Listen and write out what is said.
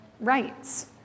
rights